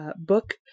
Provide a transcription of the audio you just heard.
book